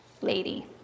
Lady